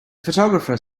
photographer